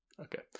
Okay